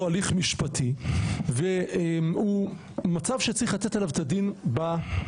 הליך משפטי הוא מצב שצריך לתת עליו את הדין בחקיקה.